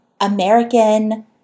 American